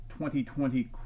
2020